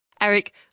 Eric